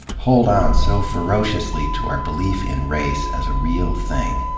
hold on so ferociously to our belief in race as a real thing,